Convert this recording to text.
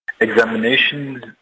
Examinations